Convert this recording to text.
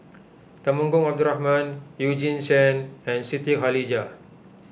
Temenggong Abdul Rahman Eugene Chen and Siti Khalijah